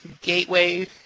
gateway